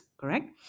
correct